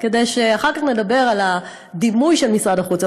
כדי שאחר כך נדבר על הדימוי של משרד החוץ.